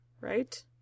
Right